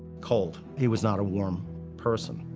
cold he was not a warm person.